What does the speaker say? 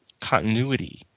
continuity